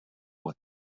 what